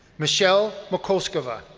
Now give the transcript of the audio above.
michelle mikoscuva,